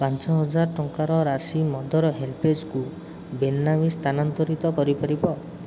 ପାଞ୍ଚହଜାର ଟଙ୍କାର ରାଶି ମଦର୍ ହେଲ୍ପେଜ୍କୁ ବେନାମୀ ସ୍ଥାନାନ୍ତରିତ କରିପାରିବ